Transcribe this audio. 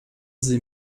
sie